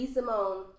Simone